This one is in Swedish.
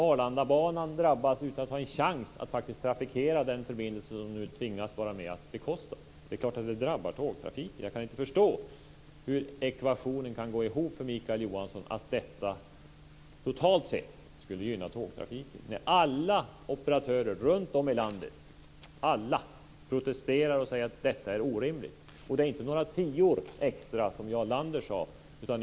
Arlandabanan drabbas utan att ha en chans att trafikera den förbindelse man nu tvingas att vara med och bekosta. Det är klart att det drabbar tågtrafiken. Jag kan inte förstå hur ekvationen kan gå ihop för Mikael Johansson, hur detta totalt sett skulle gynna tågtrafiken. Alla operatörer runt om i landet protesterar och säger att detta är orimligt. Det är inte några tior extra, som Jarl Lander sade.